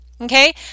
okay